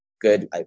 good